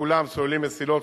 סוללים מסילות,